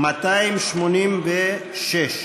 286,